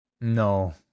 no